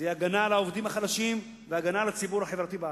זאת תהיה הגנה על העובדים החלשים והגנה על הציבור החברתי בארץ.